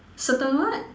certain what